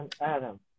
Adam